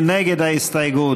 מי נגד ההסתייגות?